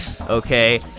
Okay